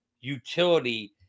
utility